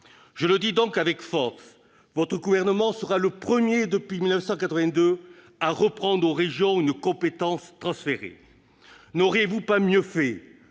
Je le dis donc avec force : votre gouvernement sera le premier depuis 1982 à reprendre aux régions une compétence transférée. N'auriez-vous pas mieux fait